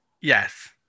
Yes